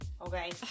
Okay